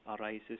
arises